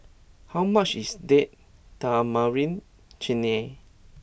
how much is Date Tamarind Chutney